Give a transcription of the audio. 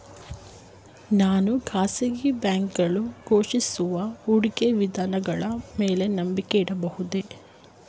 ನಾನು ಖಾಸಗಿ ಬ್ಯಾಂಕುಗಳು ಘೋಷಿಸುವ ಹೂಡಿಕೆ ವಿಧಾನಗಳ ಮೇಲೆ ನಂಬಿಕೆ ಇಡಬಹುದೇ?